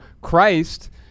christ